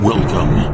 Welcome